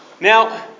Now